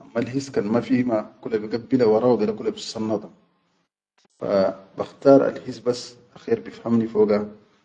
ammat his kan ma fihima kula bigabbila wara wa gide kula bissannata, fa bakhtar al his bas akher bifhamni foga.